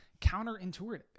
counterintuitive